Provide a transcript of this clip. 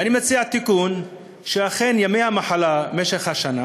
ואני מציע תיקון שאכן, ימי המחלה במשך השנה